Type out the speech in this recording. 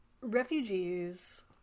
Refugees